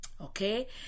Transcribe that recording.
Okay